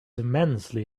immensely